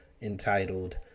entitled